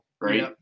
right